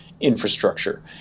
infrastructure